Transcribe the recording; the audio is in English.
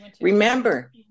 Remember